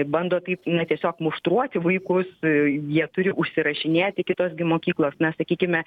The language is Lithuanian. bando taip na tiesiog muštruoti vaikus jie turi užsirašinėti kitos gi mokyklos na sakykime